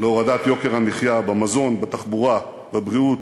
להורדת יוקר המחיה במזון, בתחבורה, בבריאות,